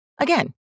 Again